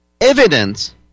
evidence